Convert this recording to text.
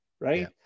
right